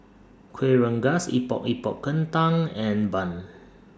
Kueh Rengas Epok Epok Kentang and Bun